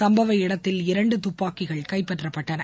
சம்பவ இடத்தில் இரண்டு துப்பாக்கிகள் கைப்பற்றப்பட்டன